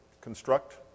construct